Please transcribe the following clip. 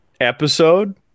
episode